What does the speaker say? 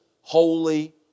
Holy